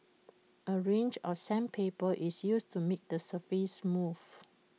A range of sandpaper is used to make the surface smooth